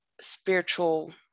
spiritual